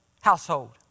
household